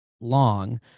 long